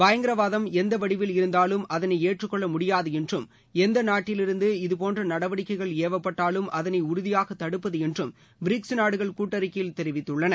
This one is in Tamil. பயங்கரவாதம் எந்த வடிவில் இருந்தாலும் அதனை ஏற்றுக் கொள்ள முடியாது என்றும் எந்த நாட்டிலிருந்து இதுபோன்ற நடவடிக்கைகள் ஏவப்பட்டாலும் அதனை உறுதியாக தடுப்பது என்றும் பிரிக்ஸ் நாடுகள் கூட்டறிக்கையில் தெரிவித்துள்ளன